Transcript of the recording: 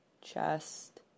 chest